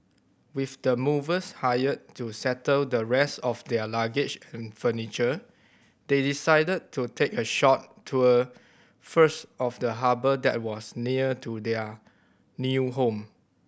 with the movers hired to settle the rest of their luggage and furniture they decided to take a short tour first of the harbour that was near to their new home